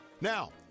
Now